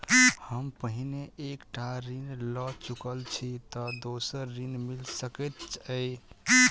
हम पहिने एक टा ऋण लअ चुकल छी तऽ दोसर ऋण मिल सकैत अई?